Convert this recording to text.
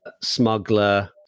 Smuggler